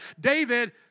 David